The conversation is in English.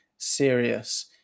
serious